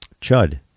Chud